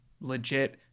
legit